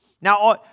Now